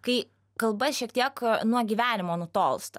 kai kalba šiek tiek nuo gyvenimo nutolsta